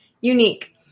Unique